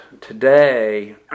today